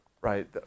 right